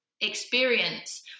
experience